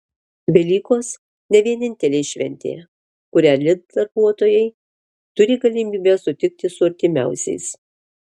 velykos ne vienintelė šventė kurią lidl darbuotojai turi galimybę sutikti su artimiausiais